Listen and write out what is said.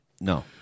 No